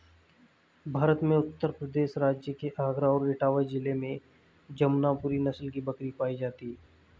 भारत में उत्तर प्रदेश राज्य के आगरा और इटावा जिले में जमुनापुरी नस्ल की बकरी पाई जाती है